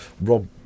Rob